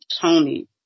Tony